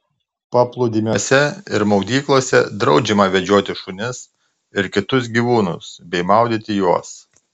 paplūdimiuose ir maudyklose draudžiama vedžioti šunis ir kitus gyvūnus bei maudyti juos